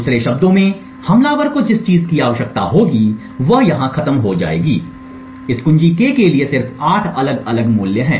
दूसरे शब्दों में हमलावर को जिस चीज की आवश्यकता होगी वह यहां खत्म हो जाएगी इस कुंजी k के लिए सिर्फ 8 अलग अलग मूल्य हैं